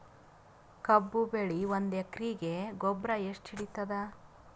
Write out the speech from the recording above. ಕಬ್ಬು ಬೆಳಿ ಒಂದ್ ಎಕರಿಗಿ ಗೊಬ್ಬರ ಎಷ್ಟು ಹಿಡೀತದ?